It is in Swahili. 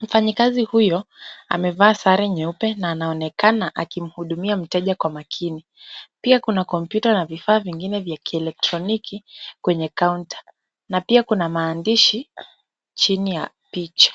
.Mfanyikazi huyo amevaa sare nyeupe na anaonekana akimhudumia mteja kwa makini. Pia kuna kompyuta na vifaa vingine vya kielektroniki kwenye counter na pia kuna maandishi chini ya picha.